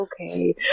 okay